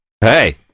Hey